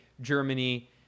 Germany